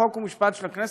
חוק ומשפט של הכנסת,